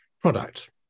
product